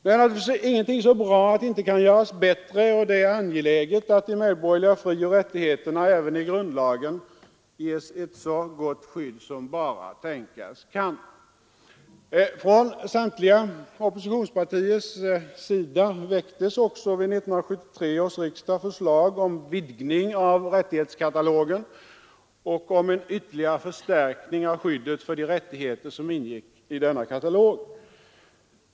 Nu är naturligtvis ingenting så bra att det inte kan göras bättre, och det är angeläget att de medborgerliga frioch rättigheterna även i grundlagen ges ett så gott skydd som tänkas kan. Från samtliga oppositionspartiers sida väcktes också vid 1973 års riksdag förslag om vidgning av rättighetskatalogen och om en ytterligare förstärkning av skyddet för de rättigheter som ingick i denna katalog.